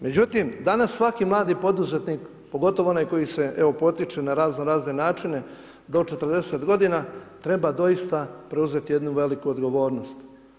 Međutim, danas svaki mladi poduzetnik pogotovo onaj koji se potiče na razno-razne načine do 40 godina treba doista preuzeti jednu veliku odgovornost.